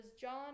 John